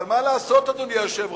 אבל מה לעשות, אדוני היושב-ראש?